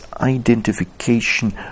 identification